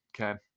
Okay